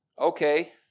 Okay